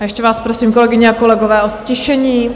Ještě vás prosím, kolegyně, kolegové, o ztišení.